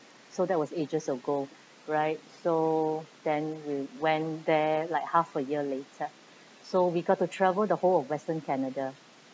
so that was ages ago right so then we went there like half a year later so we got to travel the whole of western canada